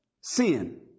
sin